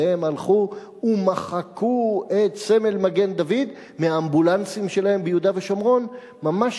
ואז הם הלכו ומחקו את סמל מגן-דוד מהאמבולנסים שלהם ביהודה ושומרון ממש